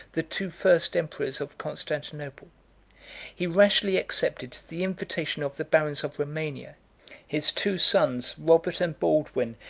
the two first emperors of constantinople he rashly accepted the invitation of the barons of romania his two sons, robert and baldwin,